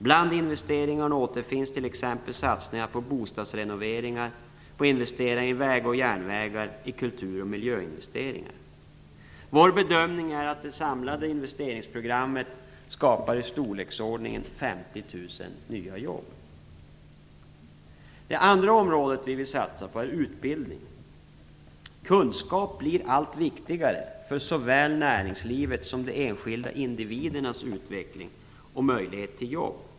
Bland investeringarna återfinns t.ex. satsningar på bostadsrenoveringar, vägar och järnvägar samt kultur och miljö. Vår bedömning är att det samlade investeringsprogrammet skapar i storleksordningen 50 000 nya jobb. Det andra området som vi vill satsa på är utbildning. Kunskap blir allt viktigare för såväl näringslivet som de enskilda individernas utveckling och möjlighet att få jobb.